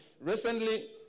Recently